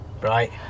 right